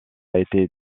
été